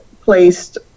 placed